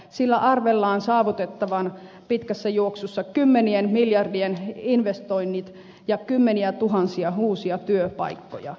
sillä arvellaan saavutettavan pitkässä juoksussa kymmenien miljardien investoinnit ja kymmeniätuhansia uusia työpaikkoja